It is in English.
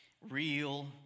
real